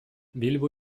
bilbo